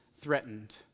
threatened